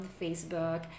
Facebook